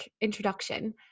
introduction